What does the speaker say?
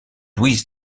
louise